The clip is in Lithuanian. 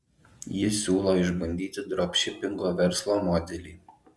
jis siūlo išbandyti dropšipingo verslo modelį